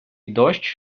дощ